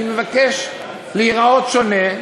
אני מבקש להיראות שונה.